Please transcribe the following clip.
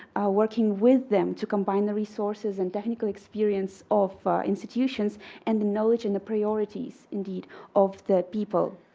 working with them to combine the resources and technical experience of institutions and the knowledge and the priorities indeed of the people.